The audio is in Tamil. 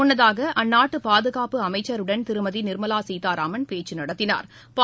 முன்னதாக அந்நாட்டு பாதுகாப்பு அமைச்சருடன் திருமதி நிா்மலா சீதாராமன் பேச்சு நடத்தினாா்